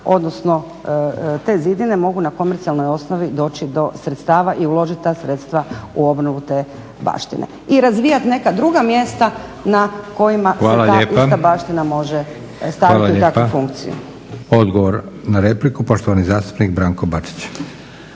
odnosno te zidine mogu na komercijalnoj osnovi doći do sredstava i uložit ta sredstva u obnovu te baštine i razvijat neka druga mjesta na kojima se ta ista baština može staviti u takvu funkciju. **Leko, Josip (SDP)** Hvala lijepa. Odgovor na repliku poštovani zastupnik Branko Bačić.